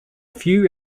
few